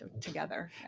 together